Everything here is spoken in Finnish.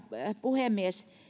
puhemies